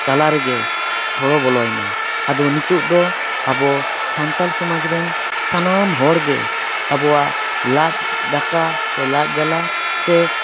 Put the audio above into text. ᱛᱟᱞᱟ ᱨᱮᱜᱮ ᱥᱚᱲᱚ ᱵᱚᱞᱚᱭᱮᱱᱟ ᱟᱫᱚ ᱱᱤᱛᱳᱜ ᱫᱚ ᱟᱵᱚ ᱥᱟᱱᱛᱟᱞ ᱥᱚᱢᱟᱡ ᱨᱮᱱ ᱥᱟᱱᱟᱢ ᱦᱚᱲ ᱜᱮ ᱟᱵᱚᱭᱟᱜ ᱞᱟᱡ ᱫᱟᱠᱟ ᱥᱮ ᱞᱟᱡ ᱡᱟᱞᱟ ᱥᱮ